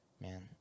Man